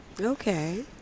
Okay